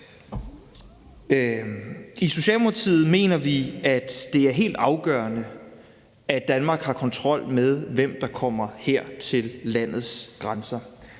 I Socialdemokratiet mener vi, at det er helt afgørende, at Danmark har kontrol med, hvem der kommer her til landets grænser.